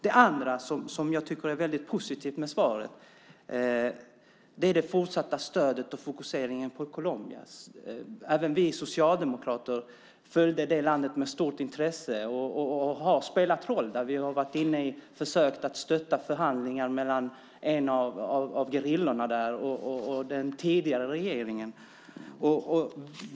Det andra som jag tycker är väldigt positivt med svaret är det fortsatta stödet och fokuseringen på Colombia. Även vi socialdemokrater följde det landet med stort intresse och har spelat en roll där. Vi har varit inne i försöket att stötta förhandlingar mellan en av gerillorna och den tidigare regeringen.